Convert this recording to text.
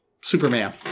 superman